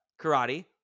karate